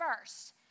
first